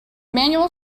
manual